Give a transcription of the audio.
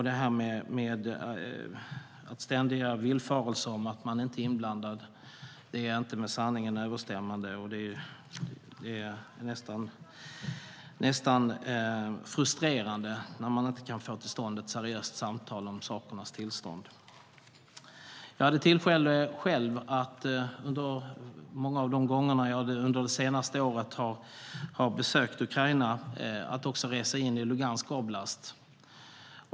De ständiga påståendena att man inte är inblandad är inte med sanningen överensstämmande, och det är nästan frustrerande att man inte kan få till stånd ett seriöst samtal om sakernas tillstånd. Många av de gånger jag har besökt Ukraina under det senaste året har jag haft tillfälle att resa in i Luhansk oblast.